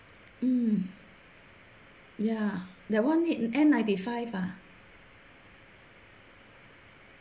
mm ya that one need N ninety five ah